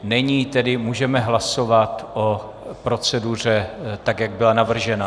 Není, tedy můžeme hlasovat o proceduře tak, jak byla navržena.